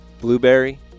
Blueberry